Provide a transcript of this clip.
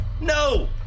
No